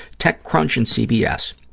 tech crunch and cbs.